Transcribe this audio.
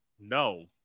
No